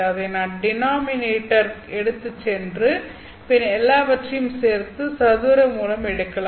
அதை நான் டினாமினேட்டர் ற்கு எடுத்து சென்று பின் எல்லாவற்றிற்கும் சேர்த்து சதுர மூலம் எடுக்கலாம்